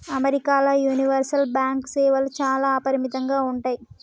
అమెరికాల universal bank సేవలు చాలా అపరిమితంగా ఉంటయ్